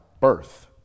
birth